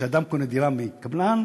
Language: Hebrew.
כשאדם קונה דירה מקבלן,